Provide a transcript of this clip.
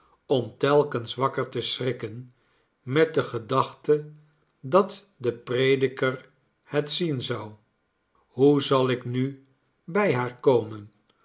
om telkens wakker te schrikken met de gedachte dat de prediker het zien zou hoe zal ik nu bij haar komen